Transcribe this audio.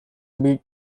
big